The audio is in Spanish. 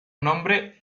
nombre